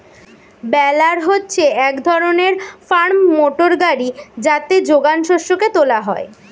বেলার হচ্ছে এক ধরনের ফার্ম মোটর গাড়ি যাতে যোগান শস্যকে তোলা হয়